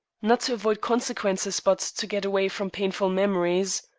not to avoid consequences, but to get away from painful memories.